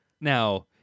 Now